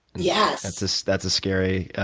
yes. that's so that's a scary,